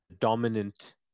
dominant